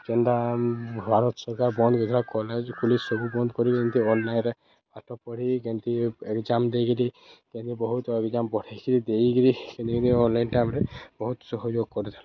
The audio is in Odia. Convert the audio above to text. ଯେନ୍ତା ଭାରତ୍ ସରକାର୍ ବନ୍ଦ୍ କରିଥିଲା କଲେଜ୍ କୁଲି ସବୁ ବନ୍ଦ୍ କରି କରି ଏମିତି ଅନ୍ଲାଇନ୍ରେ ପାଠ ପଢ଼ି କେମିତି ଏକ୍ଜାମ୍ ଦେଇକିରି କେନ୍ତି ବହୁତ୍ ଏକ୍ଜାମ୍ ପଢ଼ିକିରି ଦେଇକିରି କେନ୍ତି ଅନ୍ଲାଇନ୍ଟେ ଆମେ ବହୁତ୍ ସହଯୋଗ୍ କରିଥିଲୁ